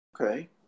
Okay